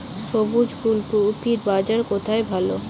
সবুজ ফুলকপির বাজার কোথায় ভালো?